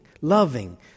loving